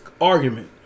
argument